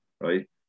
right